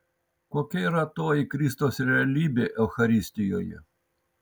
kokia yra toji kristaus realybė eucharistijoje